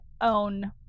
own